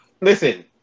Listen